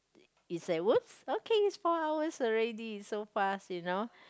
is a wood okay it's four hours already is so fast you know